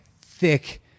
thick